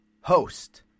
Host